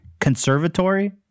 conservatory